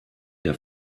der